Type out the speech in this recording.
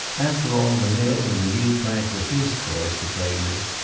after all the mill and the new plant were his toys to play with.